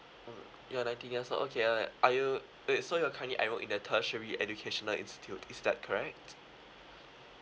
mm you're nineteen years old okay uh are you wait so you're currently enrolled in the tertiary educational institute is that correct